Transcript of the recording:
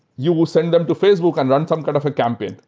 you will send them to facebook and run some kind of a campaign.